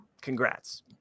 Congrats